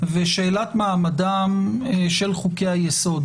ושאלת מעמדם של חוקי-היסוד